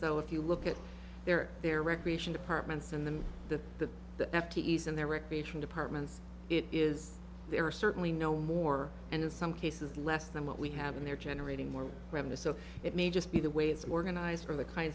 that if you look at their their recreation departments and then the the the f t's and their recreation departments it is there are certainly no more and in some cases less than what we have and they're generating more revenue so it may just be the way it's organized for the kinds